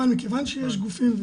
מכיוון שיש גופים,